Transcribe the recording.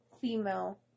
female